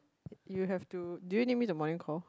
you have to do you need me to morning call